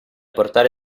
portare